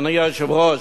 אדוני היושב-ראש,